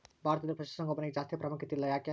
ಭಾರತದಲ್ಲಿ ಪಶುಸಾಂಗೋಪನೆಗೆ ಜಾಸ್ತಿ ಪ್ರಾಮುಖ್ಯತೆ ಇಲ್ಲ ಯಾಕೆ?